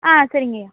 ஆ சரிங்கய்யா